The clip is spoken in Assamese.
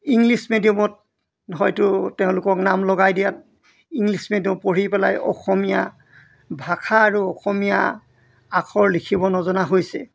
ইংলিছ মিডিয়ামত হয়টো তেওঁলোকক নাম লগাই দিয়াত ইংলিছ মিডিয়াম পঢ়ি পেলাই অসমীয়া ভাষা আৰু অসমীয়া আখৰ লিখিব নজনা হৈছে